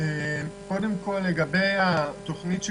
קודם כול, לגבי התוכנית שהוצגה,